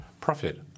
profit